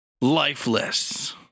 Lifeless